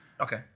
Okay